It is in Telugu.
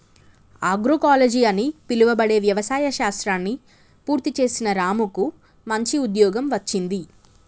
ఆగ్రోకాలజి అని పిలువబడే వ్యవసాయ శాస్త్రాన్ని పూర్తి చేసిన రాముకు మంచి ఉద్యోగం వచ్చింది